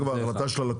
זו כבר החלטה של הלקוח.